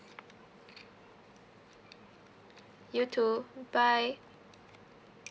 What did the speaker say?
you too bye